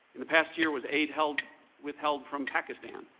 in the past year, was eight withheld withheld from pakistan?